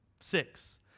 Six